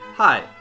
Hi